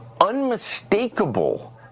unmistakable